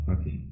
Okay